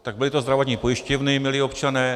Tak byly to zdravotní pojišťovny, milí občané.